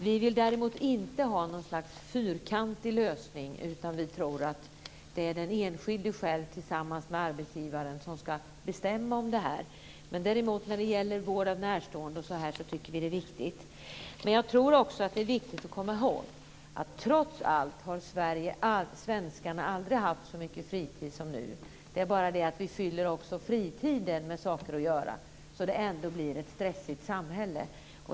Vi vill däremot inte ha något slags fyrkantig lösning, utan vi tror att det är den enskilde själv tillsammans med arbetsgivare som ska bestämma. När det gäller vård av närstående tycker vi att det är viktigt. Det är viktigt att komma ihåg att trots allt har svenskarna aldrig haft så mycket fritid som nu. Det är bara det att vi fyller också fritiden med saker att göra, så att det ändå blir ett stressigt samhälle.